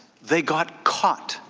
they got caught.